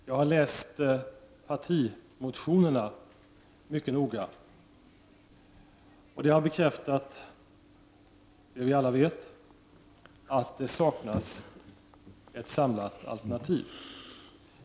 Jag har läst partimotionerna mycket noga, och den genomgången har bekräftat det som vi alla vet, att det saknas ett samlat alternativ.